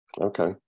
okay